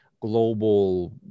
global